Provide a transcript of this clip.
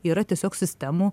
yra tiesiog sistemų